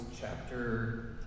chapter